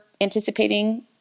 anticipating